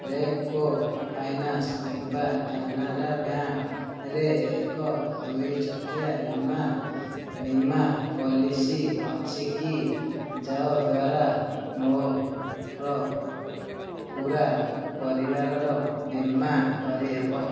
Repco Finance କିମ୍ବା କାନାରା ବ୍ୟାଙ୍କରେ ଏକ ଦୁଇ ଚକିଆ ବୀମା ବୀମା ପଲିସି ଅଛି କି ଯଦ୍ୱାରା ମୋର ପୂରା ପରିବାରର ବୀମା କରିହେବ